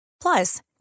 Plus